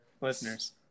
Listeners